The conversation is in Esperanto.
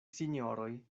sinjoroj